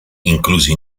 inclusi